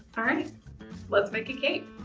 all right let's make a cape